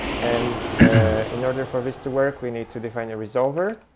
and ah in order for this to work, we need to define a resolver.